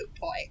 point